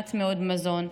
מעט מאוד מזון,